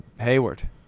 Hayward